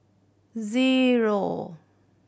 zero